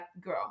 girl